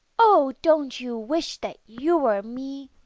oh! don't you wish that you were me?